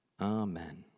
Amen